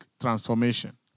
transformation